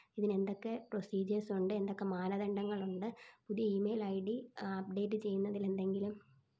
ഇതിനെന്തൊക്കെ പ്രോസിജിയേഴ്സുണ്ട് എന്തൊക്കെ മാനദണ്ഡങ്ങളുണ്ട് പുതിയ ഇമെയിൽ ഐ ഡി അപ്പ്ഡേറ്റ് ചെയ്യുന്നതിലെന്തെങ്കിലും